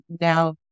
now